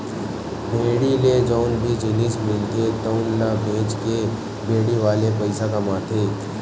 भेड़ी ले जउन भी जिनिस मिलथे तउन ल बेचके भेड़ी वाले पइसा कमाथे